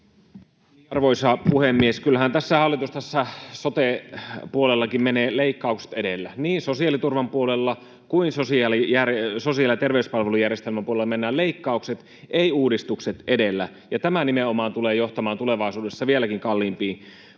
Arvoisa puhemies! Kyllähän hallitus tässä sote-puolellakin menee leikkaukset edellä: niin sosiaaliturvan puolella kuin sosiaali- ja terveyspalvelujärjestelmän puolella mennään leikkaukset — ei uudistukset — edellä, ja tämä nimenomaan tulee johtamaan tulevaisuudessa vieläkin kalliimpiin